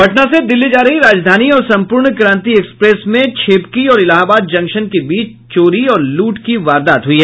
पटना से दिल्ली जा रही राजधानी और संपूर्णक्रांति एक्सप्रेस में छेबकी और इलाहाबाद जंक्शन के बीच चोरी और लूट की बारदात हुयी